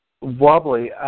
wobbly